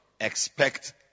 Expect